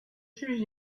juges